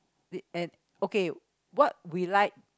the and okay what we like